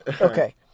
Okay